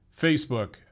Facebook